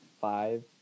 five